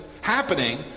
happening